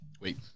Wait